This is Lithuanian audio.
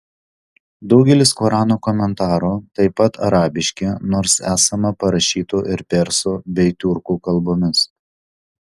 daugelis korano komentarų taip pat arabiški nors esama parašytų ir persų bei tiurkų kalbomis